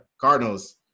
Cardinals